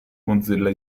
mozilla